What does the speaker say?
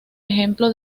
ejemplo